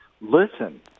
listen